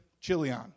Chilion